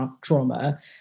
trauma